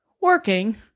working